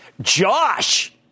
Josh